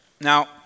Now